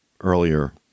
earlier